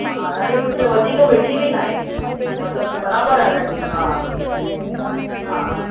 हा ॾाढी सुठी आहे वधीक मिठी बि नाहे मतलबु बराबरि आहे ॾाढी हा हा